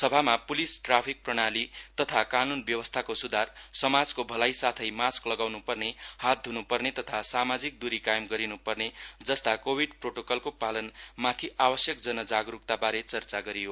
सभामा police traffic प्रणाली तथा कानून व्यवस्थाको सुधार समाजको भलाई साथै मास्क लगाउनु पर्ने हात ध्रुनुपर्ने तथा सामाजिक दुरी कायम गरिनु पर्ने जस्ता कोभिड प्रोटोकलको पालन माथि आवश्यक जन जागरूकताबारे चर्चा गरियो